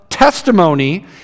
Testimony